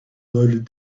loaded